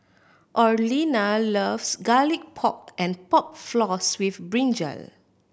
Orlena loves Garlic Pork and Pork Floss with brinjal